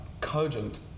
cogent